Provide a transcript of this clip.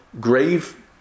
grave